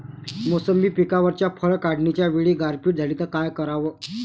मोसंबी पिकावरच्या फळं काढनीच्या वेळी गारपीट झाली त काय कराव?